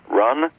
run